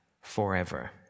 forever